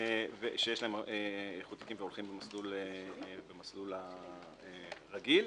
להם איחוד תיקים והולכים למסלול הרגיל.